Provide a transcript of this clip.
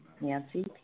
Nancy